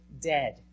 dead